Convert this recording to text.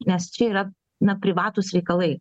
nes čia yra na privatūs reikalai